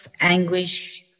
anguish